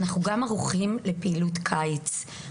אנחנו גם ערוכים לפעילות קיץ,